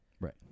Right